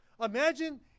Imagine